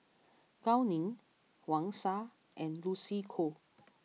Gao Ning Wang Sha and Lucy Koh